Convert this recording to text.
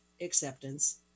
acceptance